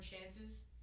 chances